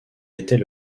était